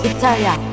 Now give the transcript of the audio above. Italia